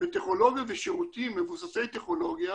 בטכנולוגיות ושירותים מבוססי טכנולוגיה,